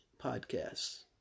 podcasts